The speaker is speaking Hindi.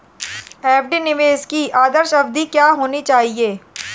एफ.डी निवेश की आदर्श अवधि क्या होनी चाहिए?